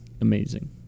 amazing